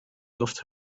luft